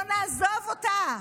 לא נעזוב אותה,